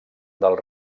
del